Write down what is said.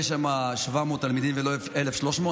יש שם 700 תלמידים ולא 1,300,